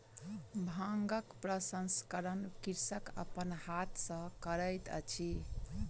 भांगक प्रसंस्करण कृषक अपन हाथ सॅ करैत अछि